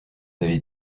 avais